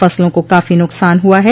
फसलों को काफी नुकसान हुआ है